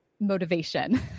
motivation